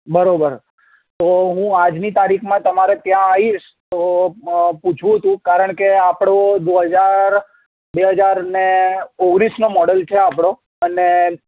બરાબર તો હું આજની તારીખમાં તમારે ત્યાં આવીશ તો પૂછવું હતું કારણ કે આપણું દો હજાર બે હજારને ઓગણીસનું મોડલ છે આપણું અને